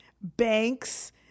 banks